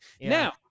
Now